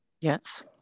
yes